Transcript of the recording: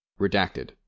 Redacted